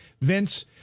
Vince